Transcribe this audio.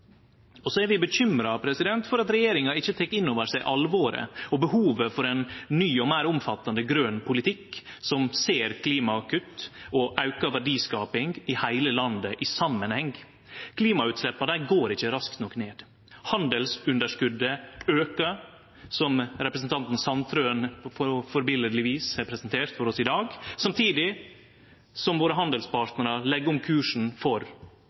er bekymra for at regjeringa ikkje tek inn over seg alvoret og behovet for ein ny og meir omfattande grøn politikk, som ser klimakutt og auka verdiskaping i heile landet i samanheng. Klimagassutsleppa går ikkje raskt nok ned. Handelsunderskotet aukar, som representanten Sandtrøen på eksemplarisk vis har presentert for oss i dag, samtidig som våre handelspartnarar legg om kursen for